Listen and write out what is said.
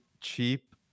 cheap